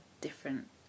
different